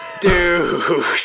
Dude